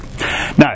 now